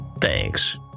Thanks